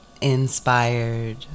inspired